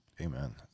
Amen